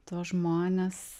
tuos žmones